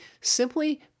simply